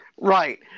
Right